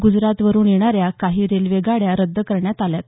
गुजरात वरून येणाऱ्या काही रेल्वे गाड्या रद्द करण्यात आल्यात